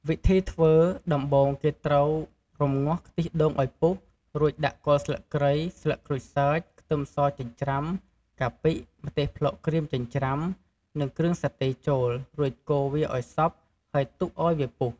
វិធីធ្វើ ដំបូងគេត្រូវរម្ងាស់ខ្ទិះដូងឱ្យពុះ រួចដាក់គល់ស្លឹកគ្រៃ ស្លឹកក្រូចសើច ខ្ទឹមសចិញ្ច្រាំ កាពិ ម្ទេសប្លោកក្រៀមចិញ្ច្រាំ និងគ្រឿងសាតេចូល រួចកូរវាឱ្យសព្វ ហើយទុកឱ្យវាពុះ។